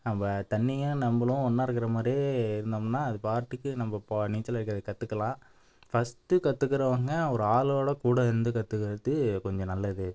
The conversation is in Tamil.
நம்ப தண்ணியும் நம்பளும் ஒன்றா இருக்கிற மாதிரியே இருந்தோம்னா அது பாட்டுக்கு நம்ப இப்போது நீச்சல் அடிக்கிறது கற்றுக்கலாம் ஃபர்ஸ்ட்டு கற்றுக்கறவுங்க ஒரு ஆளோடு கூட இருந்து கற்றூக்கறத்து கொஞ்சம் நல்லது